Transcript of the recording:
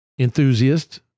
enthusiast